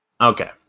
Okay